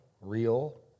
real